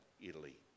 Italy